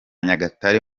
nyagatare